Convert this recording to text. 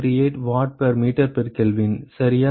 138 watt per meter Kelvin சரியா